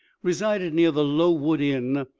resided near the low wood inn,